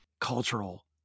cultural